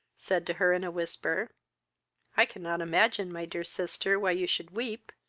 said to her, in a whisper i cannot imagine, my dear sister, why you should weep.